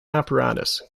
apparatus